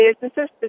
businesses